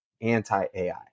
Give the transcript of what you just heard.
anti-AI